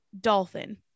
dolphin